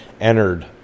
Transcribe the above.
entered